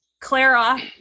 Clara